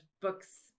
books